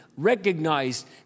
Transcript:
recognized